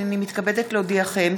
הנני מתכבדת להודיעכם,